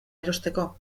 erosteko